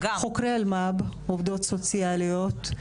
חוקרי אלמ"ב, עובדות סוציאליות.